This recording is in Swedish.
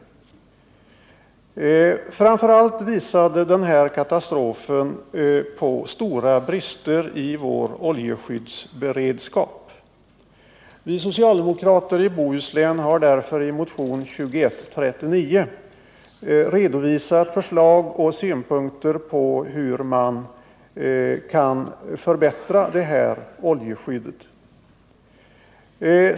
Framför allt visade den katastrofen på stora brister i vår oljeskyddsberedskap. Vi socialdemokrater i Bohuslän har därför i motionen 2139 redovisat förslag och synpunkter på hur man kan förbättra oljeskyddet.